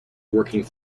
working